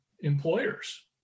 employers